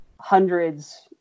hundreds